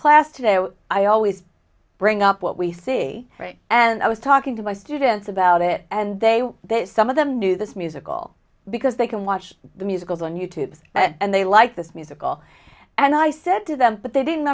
class today and i always bring up what we see and i was talking to my students about it and they were that some of them knew this musical because they can watch the musicals on you tube and they like this musical and i said to them but they didn't